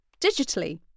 digitally